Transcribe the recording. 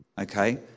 okay